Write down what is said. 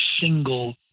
single